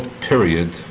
period